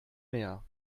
mehr